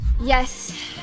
Yes